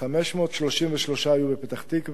533 היו בפתח-תקווה,